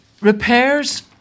Repairs